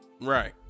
Right